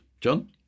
John